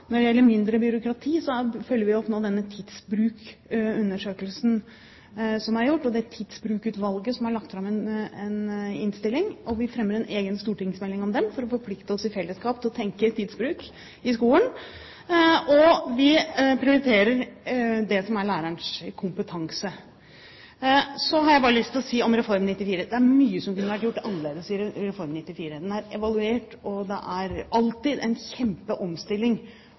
Når det gjelder mindre byråkrati, følger vi nå opp den tidsbruksundersøkelsen som er gjort, og Tidsbrukutvalget, som har lagt fram sin innstilling. Vi fremmer en egen stortingsmelding om den for å forplikte oss i fellesskap til å tenke tidsbruk i skolen. Og vi prioriterer det som er lærerens kompetanse. Så har jeg bare lyst til å si om Reform 94: Det er mye som kunne vært gjort annerledes i Reform 94. Den er evaluert, og det er alltid en